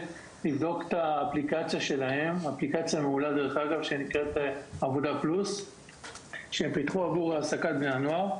לבדוק את האפליקציה שלהם שהם פיתחו עבור העסקת בני נוער.